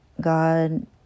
God